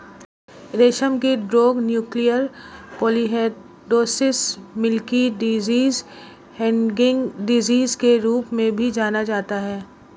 रेशमकीट रोग nuclear polyhedrosis, milky disease, hanging disease के रूप में भी जाना जाता है